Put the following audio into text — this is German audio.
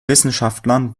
wissenschaftlern